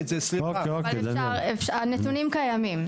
הנתונים קיימים.